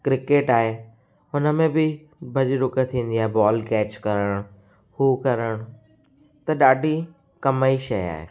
cricket आहे हुन में बि भॼी ॾुक थींदी आहे बॉल कैच करणु हू करणु त ॾाढी कम जी शइ आहे